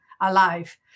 alive